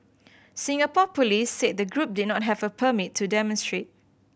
Singapore police said the group did not have a permit to demonstrate